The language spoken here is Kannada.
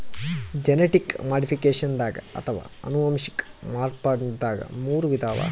ಜೆನಟಿಕ್ ಮಾಡಿಫಿಕೇಷನ್ದಾಗ್ ಅಥವಾ ಅನುವಂಶಿಕ್ ಮಾರ್ಪಡ್ದಾಗ್ ಮೂರ್ ವಿಧ ಅವಾ